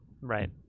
Right